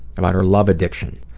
about her love addiction,